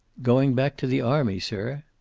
going back to the army, sir.